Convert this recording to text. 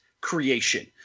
creation